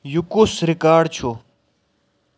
یِہ کُس ریکارڈ چھُ